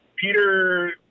Peter